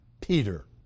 Peter